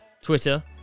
Twitter